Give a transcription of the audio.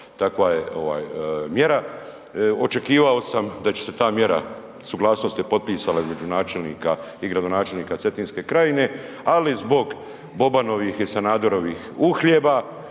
ovaj mjera. Očekivao sam da će se ta mjera, suglasnost je potpisana između načelnika i gradonačelnika Cetinske krajine, ali zbog Bobanovih i Sanaderovih uhljeba